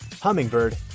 Hummingbird